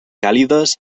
càlides